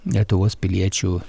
lietuvos piliečių